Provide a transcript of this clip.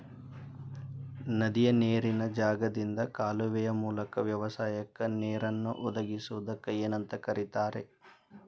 ನದಿಯ ನೇರಿನ ಜಾಗದಿಂದ ಕಾಲುವೆಯ ಮೂಲಕ ವ್ಯವಸಾಯಕ್ಕ ನೇರನ್ನು ಒದಗಿಸುವುದಕ್ಕ ಏನಂತ ಕರಿತಾರೇ?